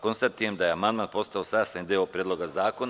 Konstatujem da je amandman postao sastavni deo Predloga zakona.